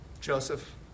Joseph